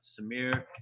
Samir